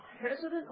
President